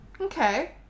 Okay